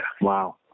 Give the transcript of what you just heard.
Wow